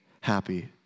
happy